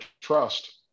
trust